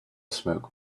smoke